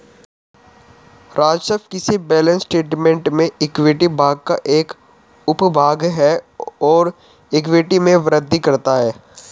राजस्व किसी balance statement में इक्विटी भाग का एक उपभाग है और इक्विटी में वृद्धि करता है